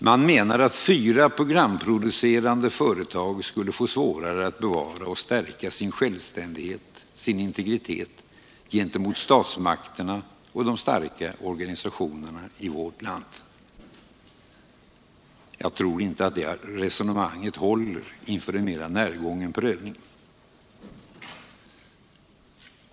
Man menar att fyra programproducerande företag skulle få svårare att bevara och stärka sin självständighet, sin integritet, gentemot statsmakterna och de starka organisationerna i vårt land. Jag tror inte det resonemanget håller inför en mera närgången prövning.